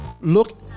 look